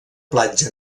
platja